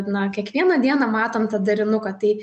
na kiekvieną dieną matom tą darinuką tai